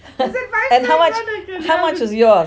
and how much how much was yours